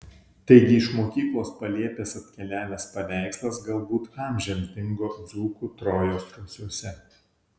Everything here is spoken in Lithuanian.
taigi iš mokyklos palėpės atkeliavęs paveikslas galbūt amžiams dingo dzūkų trojos rūsiuose